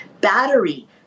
battery